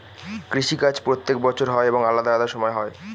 কৃষি কাজ প্রত্যেক বছর হয় এবং আলাদা আলাদা সময় হয়